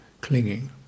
clinging